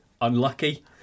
Unlucky